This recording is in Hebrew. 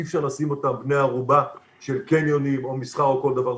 אי אפשר לשים אותם בני ערובה של קניונים או מסחר או כל דבר,